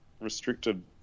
restricted